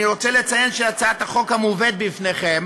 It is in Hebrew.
אני רוצה לציין שהצעת החוק המובאת בפניכם